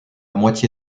moitié